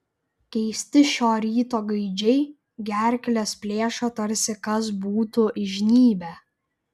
keisti šio ryto gaidžiai gerkles plėšo tarsi kas būtų įžnybę